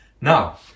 Now